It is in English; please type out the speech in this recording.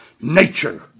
nature